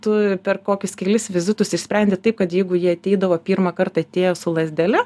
tu per kokius kelis vizitus išsprendi taip kad jeigu jie ateidavo pirmą kartą atėjo su lazdele